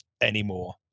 anymore